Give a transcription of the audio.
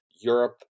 Europe